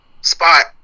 spot